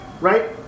right